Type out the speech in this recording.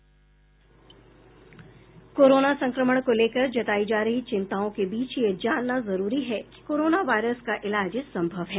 corona संक्रमण को लेकर जताई जा रही चिंताओं के बीच यह जानना जरूरी है कि कोरोना वायरस का इलाज संभव है